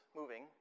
moving